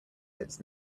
sits